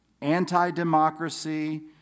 anti-democracy